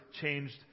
changed